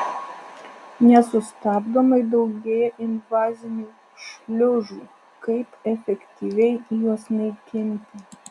nesustabdomai daugėja invazinių šliužų kaip efektyviai juos naikinti